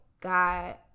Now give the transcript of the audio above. God